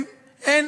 אין.